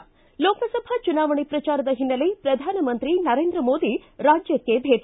ಿ ಲೋಕಸಭಾ ಚುನಾವಣೆ ಪ್ರಚಾರದ ಹಿನ್ನೆಲೆ ಪ್ರಧಾನಮಂತ್ರಿ ನರೇಂದ್ರ ಮೋದಿ ರಾಜ್ಯಕ್ಷೆ ಭೇಟ